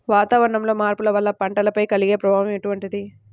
వాతావరణంలో మార్పుల వల్ల పంటలపై కలిగే ప్రభావం ఎటువంటిది?